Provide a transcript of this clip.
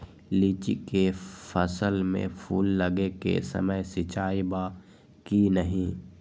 लीची के फसल में फूल लगे के समय सिंचाई बा कि नही?